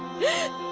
dead,